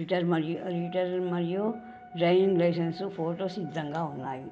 రిటర్ మరియు రిటర్న్ మరియు driving licence photo సిద్ధంగా ఉన్నాయి